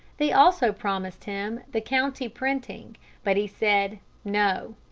they also promised him the county printing but he said, no,